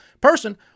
person